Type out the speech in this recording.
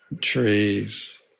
trees